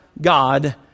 God